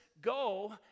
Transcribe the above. go